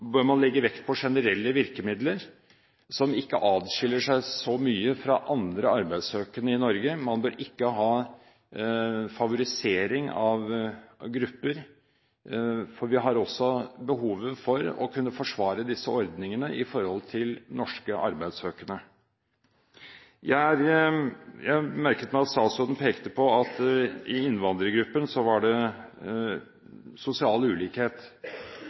som gjelder for andre arbeidssøkende i Norge. Man bør ikke ha favorisering av grupper, for vi har også behov for å kunne forsvare disse ordningene overfor norske arbeidssøkende. Jeg merket meg at statsråden pekte på at i innvandrergruppen var det sosial ulikhet.